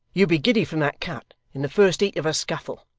you'd be giddy from that cut, in the first heat of a scuffle.